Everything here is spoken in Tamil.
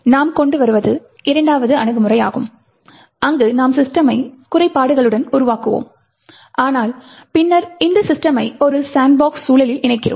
நாம் கொண்டு வருவது இரண்டாவது அணுகுமுறையாகும் அங்கு நாம் சிஸ்டமைக் குறைபாடுகளுடன் உருவாக்குவோம் ஆனால் பின்னர் இந்த சிஸ்டமை ஒரு சாண்ட்பாக்ஸ் சூழலில் இணைக்கிறோம்